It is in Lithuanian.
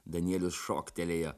danielius šoktelėjo